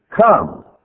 Come